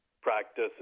practice